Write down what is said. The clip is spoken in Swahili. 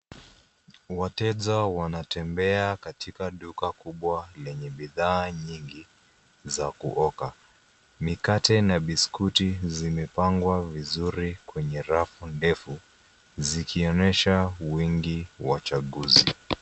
Wateja wanatembea, katika duka kubwa, lenye bidhaa nyingi, za kuoka. Mikate na biskuti zimepangwa vizuri kwenye rafu ndefu, zikionyesha wingi wa chaguzi.